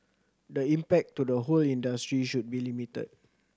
the impact to the whole industry should be limited